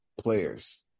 players